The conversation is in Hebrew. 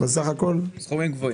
בסכומים גבוהים.